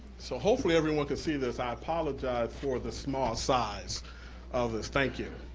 so hopefully everyone can see this. i apologize for the small size of this. thank you,